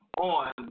on